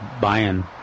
buying